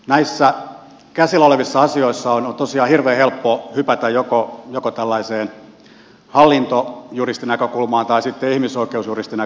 näissä käsillä olevissa asioissa on tosiaan hirveän helppo hypätä joko tällaiseen hallintojuristinäkökulmaan tai sitten ihmisoikeusjuristinäkökulmaan